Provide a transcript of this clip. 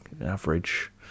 average